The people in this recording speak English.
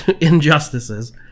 injustices